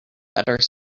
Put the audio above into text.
better